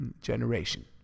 generation